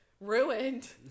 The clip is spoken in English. ruined